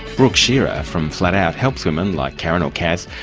brooke shearer from flatout helps women like karen or kaz,